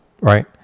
right